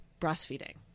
breastfeeding